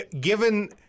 given